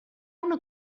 una